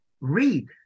read